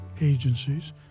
agencies